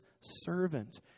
servant